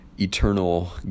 eternal